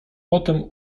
potem